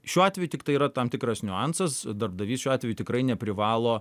šiuo atveju tiktai yra tam tikras niuansas darbdavys šiuo atveju tikrai neprivalo